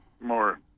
more